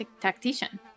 tactician